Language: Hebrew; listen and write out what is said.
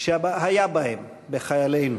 שהיה בהם, בחיילינו.